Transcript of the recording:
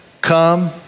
Come